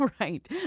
Right